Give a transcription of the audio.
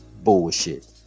bullshit